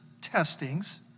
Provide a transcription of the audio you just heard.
testings